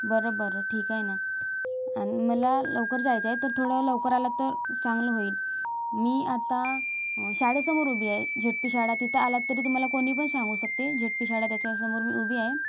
बरं बरं ठीक आहे ना आणि मला लवकर जायचं आहे तर थोडं लवकर आला तर चांगलं होईल मी आता शाळेसमोर उभी आहे झेड पी शाळा तिथे आला तरी तुम्हाला कोणी पण सांगू शकते झेड पी शाळा त्याच्यासमोर मी उभी आहे